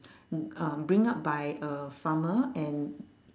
mm um bring up by a farmer and